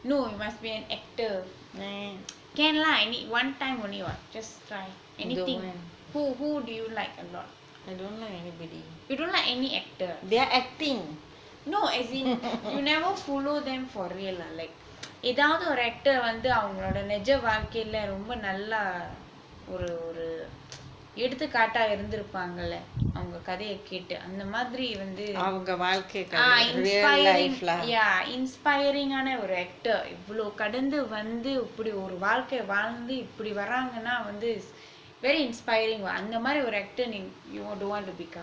no you must be an actor can lah one time only what just try anything who who do you like a lot you don't like any actor ah no as in you never follow them for real எதாவது ஒரு:ethavthu oru actor வந்து அவங்களோட நிஜ வாழ்க்கையில ரொம்ப நல்ல ஒரு ஒரு எடுத்துக்காட்டா இருந்திருப்பாங்கெள்ள அவங்க கதைய கேட்டு அந்தமாதிரி வந்து:vanthu avangaloda nija vazhkaiyila romba nalla oru oru eduthukkaataa irunthiruppangella avanga kathaaiya kettu anthamathiri vanthu ah inspiring ஆனா ஒரு:aanaa oru actor இவ்ளோ கடந்து வந்து இப்படி ஒரு வாழ்க்கை வாழ்ந்து இப்படி வராங்கனா வந்து:ivlo kadanthu vanthu ippadi oru vazhkai vazhnthu ippadi varaanganaa vanthu very inspiring அந்தமாரி ஒரு:anthamaari oru actor you don't want to become